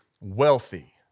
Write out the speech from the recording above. wealthy